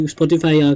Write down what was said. Spotify